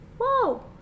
Whoa